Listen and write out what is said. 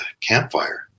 campfire